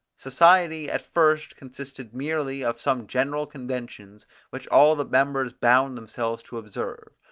society at first consisted merely of some general conventions which all the members bound themselves to observe,